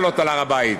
לעלות להר-הבית,